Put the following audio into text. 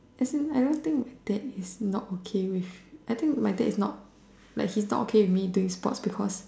as in I don't think my dad is not okay with I think my dad is not like he's not okay with me doing sports because